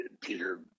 Peter